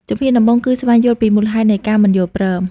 ជំហានដំបូងគឺ ស្វែងយល់ពីមូលហេតុនៃការមិនយល់ព្រម។